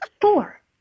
Four